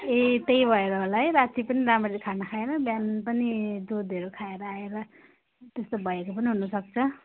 ए त्यही भएर होला है राती पनि राम्ररी खाना खाएन बिहान पनि दुधहरू खाएर आएर त्यस्तो भएको पनि हुनसक्छ